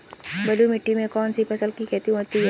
बलुई मिट्टी में कौनसी फसल की खेती होती है?